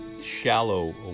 shallow